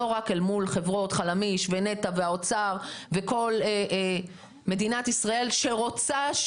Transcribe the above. לא רק אל מול חברות חלמיש ונת"ע והאוצר וכל מדינת ישראל שרוצה,